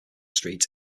street